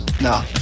no